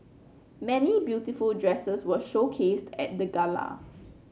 many beautiful dresses were showcased at the gala